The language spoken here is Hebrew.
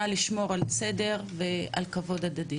נא לשמור על סדר ועל כבוד הדדי.